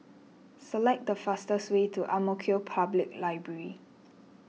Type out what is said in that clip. select the fastest way to Ang Mo Kio Public Library